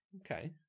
okay